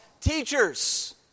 teachers